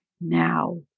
now